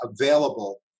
available